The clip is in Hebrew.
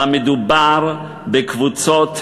מדובר בקבוצות,